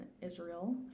Israel